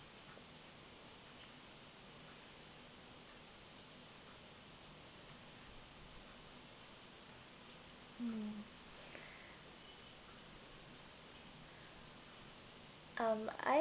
mm um I